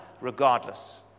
regardless